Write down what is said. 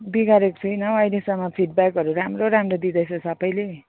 बिगारेको छुइनँ अहिलेसम्म फिडब्याकहरू राम्रो राम्रो दिँदैछ सबैले